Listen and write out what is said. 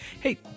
Hey